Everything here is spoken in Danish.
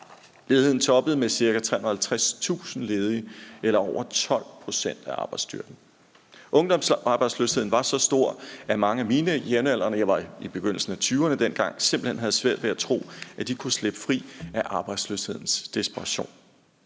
Ledigheden toppede med ca. 350.000 ledige eller over 12 pct. af arbejdsstyrken. Ungdomsarbejdsløsheden var så stor, at mange af mine jævnaldrende – jeg var i begyndelsen af 20'erne dengang – simpelt hen havde svært ved at tro, at de kunne slippe fri af arbejdsløshedens desperation.